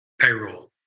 payroll